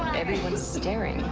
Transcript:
everyone's staring.